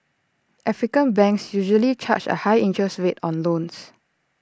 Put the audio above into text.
African banks usually charge A high interest rate on loans